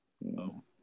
No